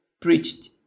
preached